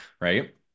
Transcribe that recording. right